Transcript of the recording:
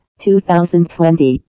2020